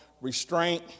restraint